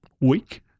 week